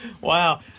Wow